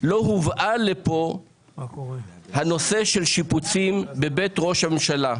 לא הובא לפה הנושא של שיפוצים בבית ראש הממשלה.